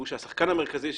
הוא שהשחקן המרכזי,